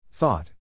Thought